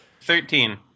thirteen